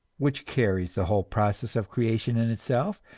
which carries the whole process of creation in itself,